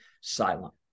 silent